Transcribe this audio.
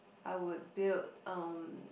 I would build um